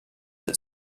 that